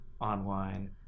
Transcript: online